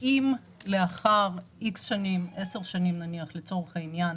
אם לאחר "איקס" שנים 10 שנים נניח לצורך העניין